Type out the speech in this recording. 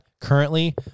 currently